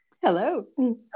Hello